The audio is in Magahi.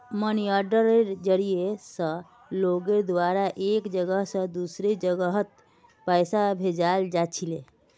मनी आर्डरेर जरिया स लोगेर द्वारा एक जगह स दूसरा जगहत पैसा भेजाल जा छिले